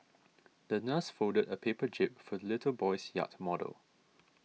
the nurse folded a paper jib for little boy's yacht model